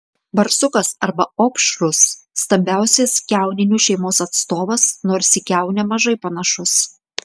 barsukas arba opšrus stambiausias kiauninių šeimos atstovas nors į kiaunę mažai panašus